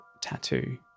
tattoo